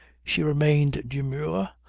she remained demure,